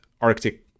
arctic